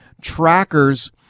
trackers